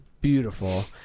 beautiful